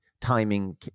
timing